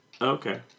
Okay